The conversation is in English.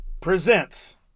presents